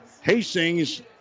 Hastings